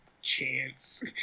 Chance